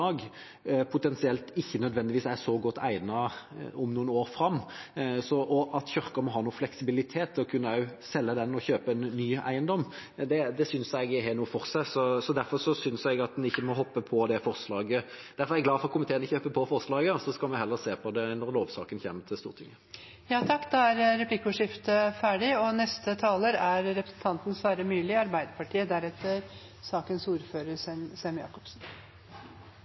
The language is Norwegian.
godt egnet om noen år. At Kirken må ha fleksibilitet til å kunne selge den og kjøpe en ny eiendom, synes jeg har noe for seg. Derfor synes jeg at en ikke må hoppe på det forslaget, og jeg er glad for at komiteen ikke hopper på det. Så skal vi heller se på det når lovsaken kommer til Stortinget. Replikkordskiftet er omme. De talerne som heretter får ordet, har også en taletid på inntil 3 minutter. I 2012 fremmet jeg et grunnlovsforslag sammen med de daværende stortingsrepresentantene Gerd Janne Kristoffersen og